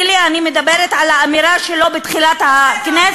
תסלחי לי, אני מדברת על האמירה שלו בתחילת הכנסת.